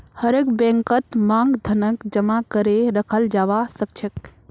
हरेक बैंकत मांग धनक जमा करे रखाल जाबा सखछेक